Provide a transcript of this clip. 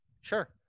Sure